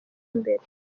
imbere